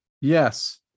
Yes